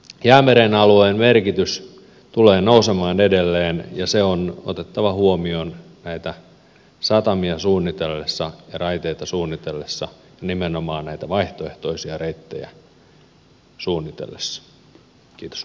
jäämeren alueen merkitys tulee nousemaan edelleen ja se on otettava huomioon näitä satamia suunniteltaessa ja raiteita suunniteltaessa nimenomaan näitä vaihtoehtoisia reittejä suunniteltaessa